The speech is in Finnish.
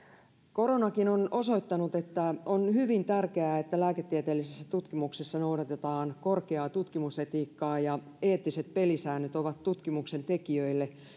koronakin on osoittanut että on hyvin tärkeää että lääketieteellisessä tutkimuksessa noudatetaan korkeaa tutkimusetiikkaa ja eettiset pelisäännöt ovat tutkimuksen tekijöille